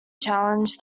challenge